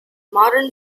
modern